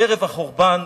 ערב החורבן,